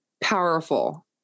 powerful